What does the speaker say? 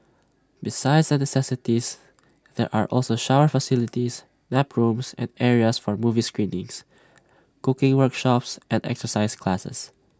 besides the necessities there are also shower facilities nap rooms and areas for movie screenings cooking workshops and exercise classes